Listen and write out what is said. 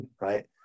right